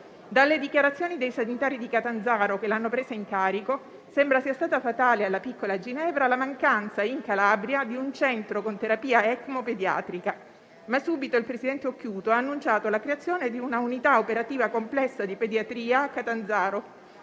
Dalle dichiarazioni dei sanitari di Catanzaro che l'hanno presa in carico, sembra sia stata fatale alla piccola Ginevra la mancanza in Calabria di un centro con terapia ECMO pediatrica, ma subito il presidente Occhiuto ha annunciato la creazione di una unità operativa complessa di pediatria a Catanzaro